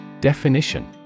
Definition